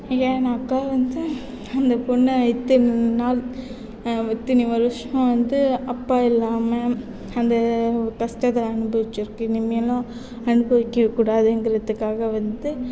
ஏன்னாக்கால் வந்து அந்த பொண்ணு இத்தனி நாள் இத்தனி வருஷம் வந்து அப்பா இல்லாமல் இந்த கஷ்டத்தை வந்து அனுபவிச்சுருக்கு இனிமேலும் அனுபவிக்கக்கூடாதுங்கிறத்துக்காக வந்து